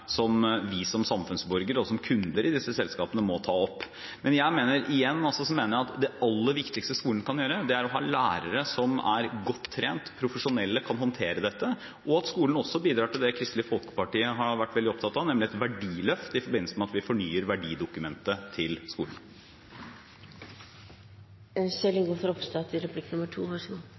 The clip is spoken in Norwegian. som vi som samfunnsborgere og som kunder i disse selskapene må ta opp. Men jeg mener – igjen – at det aller viktigste skolen kan gjøre, er å ha lærere som er godt trent, profesjonelle, kan håndtere dette, og at skolen også bidrar til det Kristelig Folkeparti har vært veldig opptatt av, nemlig et verdiløft i forbindelse med at vi fornyer verdidokumentet til skolen.